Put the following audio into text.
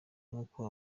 nuko